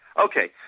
Okay